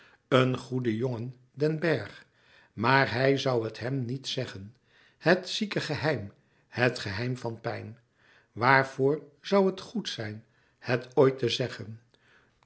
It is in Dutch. een goede jongen den bergh maar hij zoû het hem niet zeggen het zieke geheim het geheim van pijn waarvoor zoû het goed zijn het ooit te zeggen